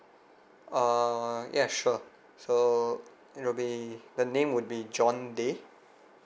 uh ya sure so it'll be the name would be john day